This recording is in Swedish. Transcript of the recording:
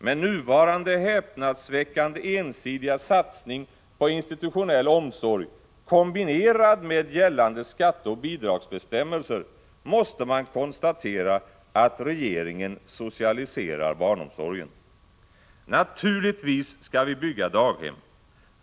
Med nuvarande häpnadsväckande ensidiga satsning på institutionell omsorg kombinerad med gällande skatteoch bidragsbestämmelser måste man konstatera att regeringen socialiserar barnomsorgen. Naturligtvis skall vi bygga daghem.